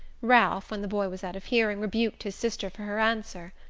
ralph, when the boy was out of hearing, rebuked his sister for her answer.